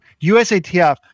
USATF